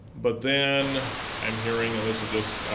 but then i'm hearing, and this is just